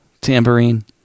tambourine